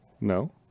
No